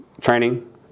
training